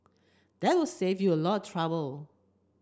that will save you a lot trouble